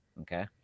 okay